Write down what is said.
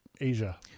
Asia